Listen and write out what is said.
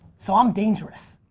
so i'm dangerous.